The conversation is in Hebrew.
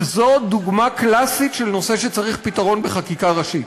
שזו דוגמה קלאסית של נושא שצריך פתרון בחקיקה ראשית.